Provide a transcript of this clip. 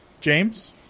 James